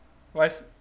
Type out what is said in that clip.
why